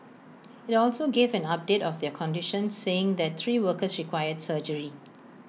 IT also gave an update of their condition saying that three workers required surgery